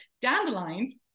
dandelions